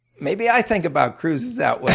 maybe i think about cruises that way.